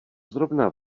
zrovna